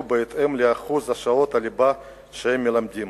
בהתאם לשיעור שעות הליבה שהם מלמדים.